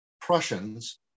Prussians